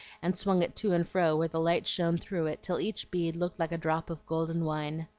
and swung it to and fro where the light shone through it till each bead looked like a drop of golden wine.